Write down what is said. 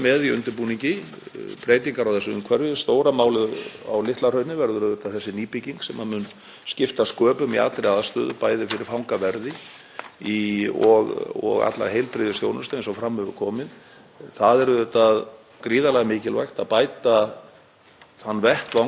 og alla heilbrigðisþjónustu eins og fram hefur komið. Það er auðvitað gríðarlega mikilvægt að bæta þann vettvang þar sem glímt er við þessi erfiðu tilfelli í okkar fangelsum og þau eru á Litla-Hrauni og þar er úrbóta þörf þó fyrr hefði verið.